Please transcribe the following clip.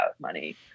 money